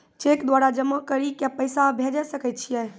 Cheque द्वारा जमा करि के पैसा भेजै सकय छियै?